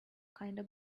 kinda